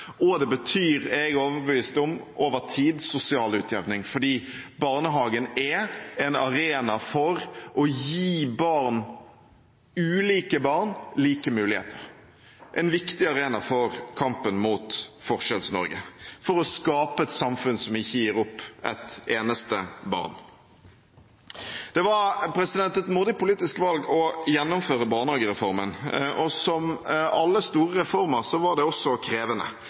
og det betyr over tid – er jeg overbevist om – sosial utjevning, for barnehagen er en arena for å gi ulike barn like muligheter. Det er en viktig arena for kampen mot Forskjells-Norge, for å skape et samfunn som ikke gir opp ett eneste barn. Det var et modig politisk valg å gjennomføre barnehagereformen. Som alle store reformer var den også krevende.